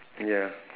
ya